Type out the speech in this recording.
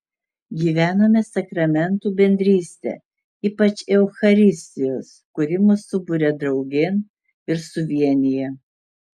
gyvename sakramentų bendrystę ypač eucharistijos kuri mus suburia draugėn ir suvienija